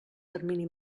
termini